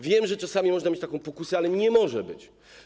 Wiem, że czasami można mieć taką pokusę, ale nie może tak być.